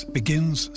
begins